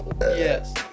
Yes